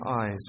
eyes